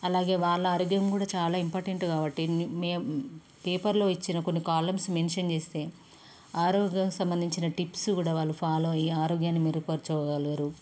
అలాగే వాళ్ళ ఆరోగ్యం కూడా చాలా ఇంపార్టెంట్ కాబట్టి పేపర్లో ఇచ్చిన కొన్ని కాలమ్స్ మెన్షన్ చేస్తే ఆరోగ్యంకి సంబందించిన టిప్స్ కూడా వాళ్ళు ఫాలో అయ్యి ఆరోగ్యాన్ని మెరుగుపరుచుకోగలరు